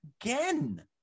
again